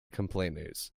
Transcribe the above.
complainers